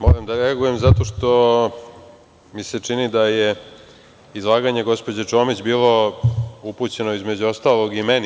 Moram da reagujem zato što mi se čini da je izlaganje gospođe Čomić bilo upućeno, između ostalog, i meni.